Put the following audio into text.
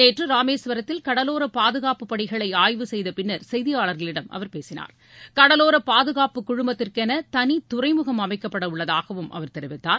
நேற்று ராமேஸ்வரத்தில் கடலோர பாதுகாப்பு பணிகளை ஆய்வு செய்த பின்னர் செய்தியாளர்களிடம் அவர் பேசினார் கடலோர பாதுகாப்பு குழுமத்திற்கென தனித்துறைமுகம் அமைக்கப்பட உள்ளதாகவும் அவர் தெரிவித்தார்